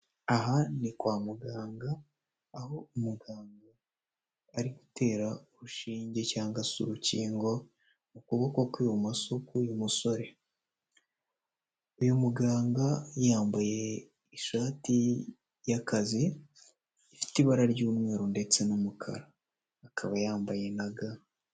Aha ni kwa muganga, aho umuganga ari gutera urushinge cyangwa se urukingo ukuboko kw'ibumoso k'uyu musore. Uyu muganga yambaye ishati y'akazi ifite ibara ry'umweru ndetse n'umukara, akaba yambaye na ga.